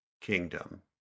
kingdom